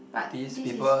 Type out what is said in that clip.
but this is